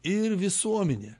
ir visuomenė